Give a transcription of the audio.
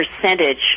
percentage